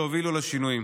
שהובילו לשינויים,